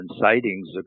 sightings